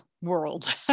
world